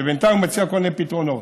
ובינתיים הוא מציע כל מיני פתרונות.